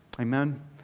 Amen